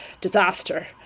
disaster